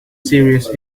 serious